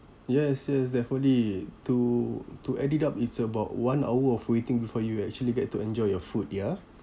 yes yes definitely to to add it up it's about one hour of waiting before you actually get to enjoy your food ya